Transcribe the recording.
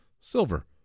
silver